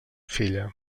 filla